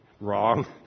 wrong